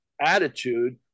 attitude